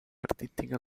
artística